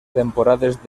temporades